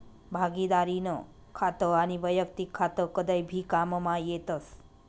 भागिदारीनं खातं आनी वैयक्तिक खातं कदय भी काममा येतस